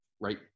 right